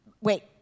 wait